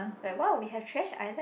like !wow! we have trash island